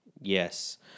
Yes